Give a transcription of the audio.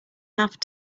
have